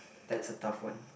that's a tough one